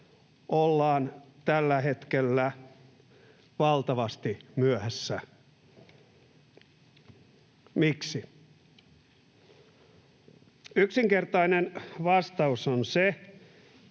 ollaan tällä hetkellä valtavasti myöhässä. Miksi? Yksinkertainen vastaus on se,